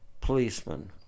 policeman